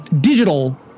digital